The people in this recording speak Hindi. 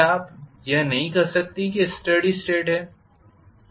क्या आप यह नहीं कहते कि यह स्टेडी स्टेट है